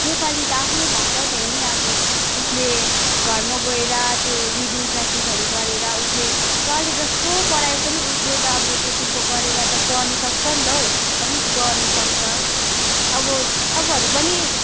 नेपाली त आफ्नै भाषा त हो नि अब उसले घरमा गएर त्यो रिडिङ प्र्याक्टिसहरू गरेर उसले सरले जस्तो पढाए पनि उसले त अब त्यति पो गरेर त पढ्नुसक्छ नि त हो मिन्स गर्नुसक्छ अब तपाईँहरू पनि